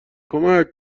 کمک